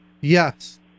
Yes